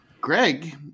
Greg